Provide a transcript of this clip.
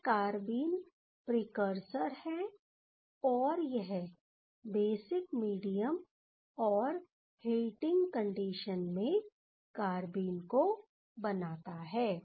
यह carbene precursor है और यह बेसिक मीडियम और हिटिंग कंडीशन में कारबीन को बनाता है